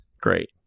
Great